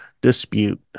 dispute